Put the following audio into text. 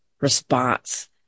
response